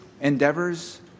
endeavors